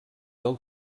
del